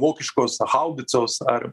vokiškos haubicos ar